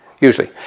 Usually